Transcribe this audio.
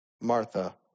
Martha